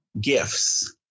gifts